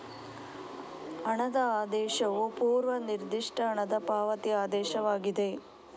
ಹಣದ ಆದೇಶವು ಪೂರ್ವ ನಿರ್ದಿಷ್ಟ ಹಣದ ಪಾವತಿ ಆದೇಶವಾಗಿದೆ